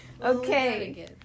Okay